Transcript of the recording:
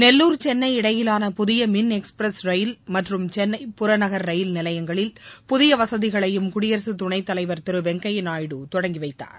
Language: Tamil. நெல்லூர் சென்னை இடையிலான புதிய மின் எக்ஸ்பிரஸ் ரயில் மற்றும் சென்னை புறநகர் ரயில் நிலையங்களில் புதிய வசதிகளையும் குடியரகத் துணை தலைவர் திரு வெங்கைய்யா நாயுடு தொடங்கிவைத்தார்